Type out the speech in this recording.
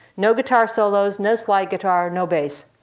no guitar solos, no slide guitar, no bass.